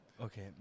Okay